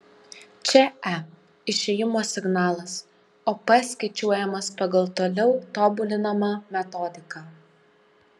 čia e išėjimo signalas o p skaičiuojamas pagal toliau tobulinamą metodiką